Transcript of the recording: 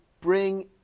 bring